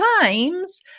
times